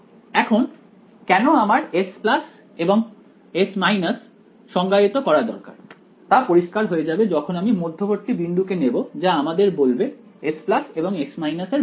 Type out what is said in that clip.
এখন কেন আমার S এবং S সংজ্ঞায়িত করা দরকার তা পরিষ্কার হয়ে যাবে যখন আমি মধ্যবর্তী বিন্দুকে নেব যা আমাদের বলবে S এবং S এর ব্যাপারে